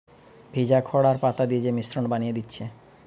ভিজা খড় আর পাতা দিয়ে যে মিশ্রণ বানিয়ে দিচ্ছে